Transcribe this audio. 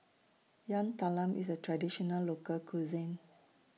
Yam Talam IS A Traditional Local Cuisine